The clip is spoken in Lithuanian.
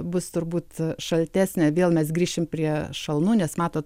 bus turbūt šaltesnė vėl mes grįšim prie šalnų nes matot